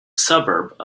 suburb